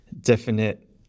definite